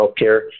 healthcare